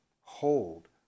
hold